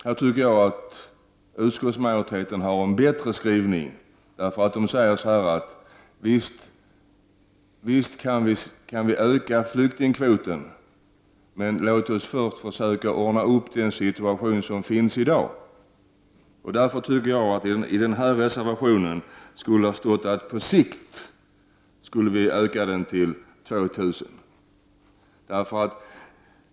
Här tycker jag att utskottsmajoriteten har en bättre skrivning. Den säger att vi visst kan öka flyktingkvoten, men låt oss först försöka ordna upp den situation som råder i dag. Därför tycker jag att det i reservationen skulle ha stått att vi på sikt skulle öka kvoten till 2 000.